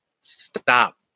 stop